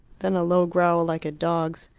then a low growl like a dog's.